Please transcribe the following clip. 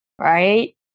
right